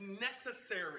necessary